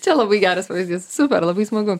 čia labai geras pavyzdys super labai smagu